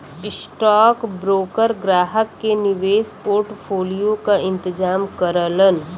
stockbroker ग्राहक के निवेश पोर्टफोलियो क इंतजाम करलन